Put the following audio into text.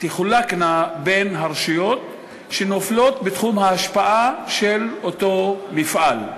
תחולקנה בין הרשויות שנופלות בתחום ההשפעה של אותו מפעל.